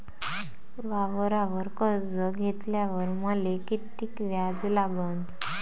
वावरावर कर्ज घेतल्यावर मले कितीक व्याज लागन?